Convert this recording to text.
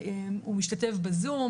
הוא משתתף בזום.